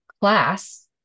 class